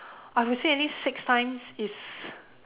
I would say at least six times it's